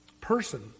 person